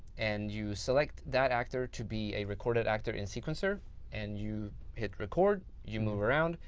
and you select that actor to be a recorded actor in sequencer and you hit record, you move around,